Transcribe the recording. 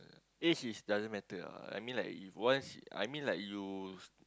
age is doesn't matter ah I mean like once I mean like you